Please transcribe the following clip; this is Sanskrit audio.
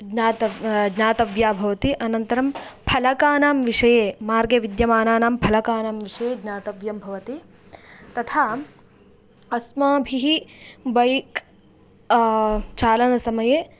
ज्ञातव्यः ज्ञातव्या भवति अनन्तरं फलकानां विषये मार्गे विद्यमानानां फलकानां विषये ज्ञातव्यं भवति तथा अस्माभिः बैक् चालनसमये